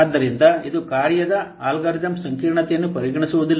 ಆದ್ದರಿಂದ ಇದು ಕಾರ್ಯದ ಅಲ್ಗಾರಿದಮ್ ಸಂಕೀರ್ಣತೆಯನ್ನು ಪರಿಗಣಿಸುವುದಿಲ್ಲ